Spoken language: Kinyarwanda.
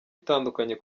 itandukanye